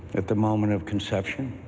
at the moment of conception.